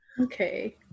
okay